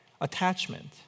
attachment